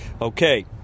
okay